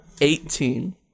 Eighteen